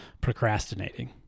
procrastinating